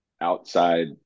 outside